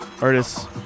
artists